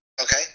Okay